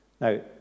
Now